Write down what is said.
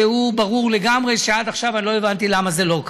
שברור לגמרי שעד עכשיו לא הבנתי למה זה לא כך,